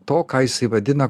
to ką jisai vadina